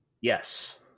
Yes